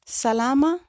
salama